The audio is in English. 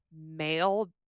male